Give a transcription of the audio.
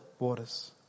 waters